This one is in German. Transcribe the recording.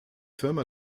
firma